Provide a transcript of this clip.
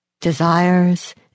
desires